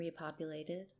repopulated